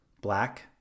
Black